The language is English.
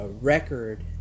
record